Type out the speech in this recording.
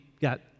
got